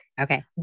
Okay